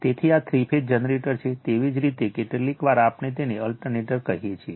તેથી આ three phase generator છે તેવી જ રીતે કેટલીકવાર આપણે તેને અલ્ટરનેટર કહીએ છીએ